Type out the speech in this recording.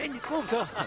and because of